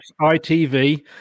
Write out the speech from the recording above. ITV